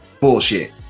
Bullshit